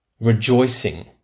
rejoicing